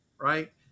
right